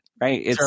Right